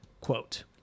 quote